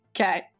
Okay